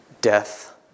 death